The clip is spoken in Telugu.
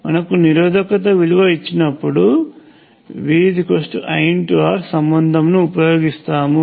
మనకు నిరోధకత విలువ ఇచ్చినపుడు VIR సంబంధమును ఉపయోగిస్తాము